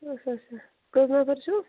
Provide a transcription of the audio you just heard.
اچھا اچھا کٕژ نَفر چھُو